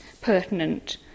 pertinent